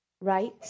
right